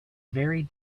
very